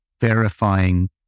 verifying